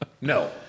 No